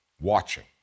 watching